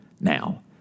now